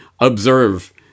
observe